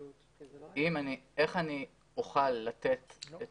איך אני אוכל לתת את